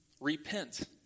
Repent